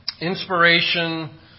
inspiration